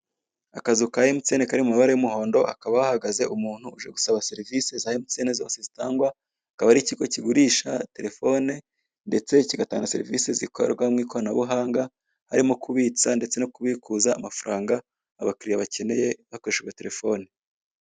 Akazu ka emutiyeni kari mu mabara y'umuhondo; hakaba hahagaze umuntu uje gusaba serivisi za Emutiyene zose zitangwa. Akaba ari ikigo kigurisha terefone ndeste kigatanga serivi zikorerwa mu ikoranabuhanga harimo: kubitsa ndetse, no kubikura amafaranga abakiriya bakeneye hakoreshejwe terefone.